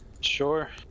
sure